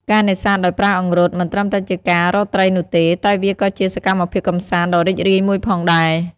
ការនេសាទដោយប្រើអង្រុត មិនត្រឹមតែជាការរកត្រីនោះទេ តែវាក៏ជាសកម្មភាពកម្សាន្តដ៏រីករាយមួយផងដែរ។